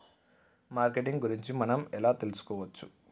Marketing గురించి మనం ఎలా తెలుసుకోవచ్చు?